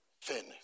Fairness